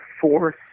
fourth